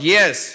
Yes